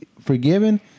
forgiven